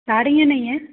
साड़ी ये नहीं हैं